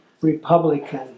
Republican